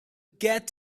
get